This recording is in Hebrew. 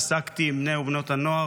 והתעסקתי עם בני ובנות הנוער.